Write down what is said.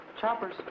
Choppers